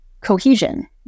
cohesion